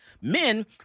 Men